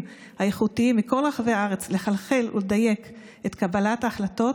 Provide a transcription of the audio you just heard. האיכותיים מכל רחבי הארץ לחלחל ולדייק את קבלת ההחלטות,